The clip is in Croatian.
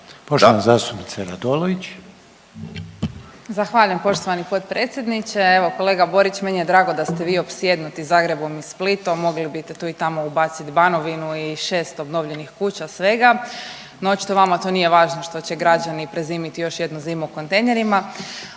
Sanja (SDP)** Zahvaljujem poštovani potpredsjedniče. Evo kolega Borić, meni je drago da ste vi opsjednuti Zagrebom i Splitom, mogli bi tu i tamo ubaciti Banovinu i 6 obnovljenih kuća svega no očito vama to nije važno što će građani prezimiti još jednu zimu u kontejnerima,